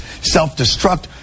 self-destruct